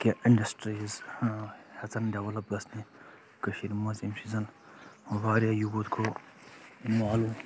کینٛہہ اِنڈَسٹریٖز ہٮ۪ژَن ڈٮ۪ولَپ گژھنہِ کٔشیٖرِ منٛز ییٚمہِ سۭتۍ زَن واریاہ یوٗتھ گوٚو معلوم